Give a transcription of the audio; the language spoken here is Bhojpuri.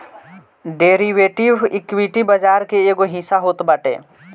डेरिवेटिव, इक्विटी बाजार के एगो हिस्सा होत बाटे